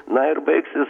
na ir baigsis